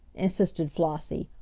insisted flossie.